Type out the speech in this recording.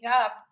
up